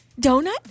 donut